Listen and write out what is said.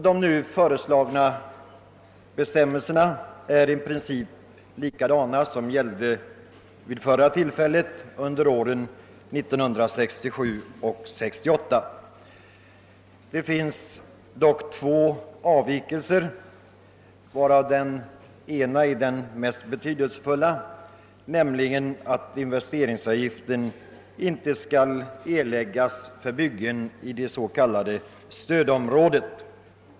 De nu föreslagna bestämmelserna är i princip desamma som de som gällde under åren 1967 och 1968. Det finns dock två avvikelser, varav den ena är mera betydelsefull — jag tänker på förslaget att investeringsagift inte skall erläggas för byggen i det s.k. stödområdet.